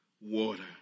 water